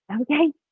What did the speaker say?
okay